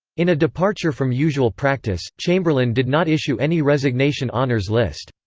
in a departure from usual practice, chamberlain did not issue any resignation honours list.